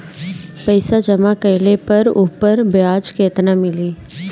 पइसा जमा कइले पर ऊपर ब्याज केतना मिली?